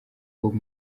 bob